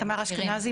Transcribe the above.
תמר אשכנזי,